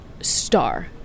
star